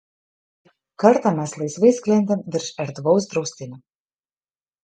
kartą mes laisvai sklendėm virš erdvaus draustinio